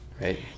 right